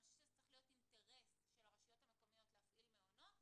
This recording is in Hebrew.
ואני חושבת שזה צריך להיות אינטרס של הרשויות המקומיות להפעיל מעונות,